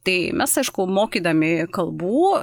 tai mes aišku mokydami kalbų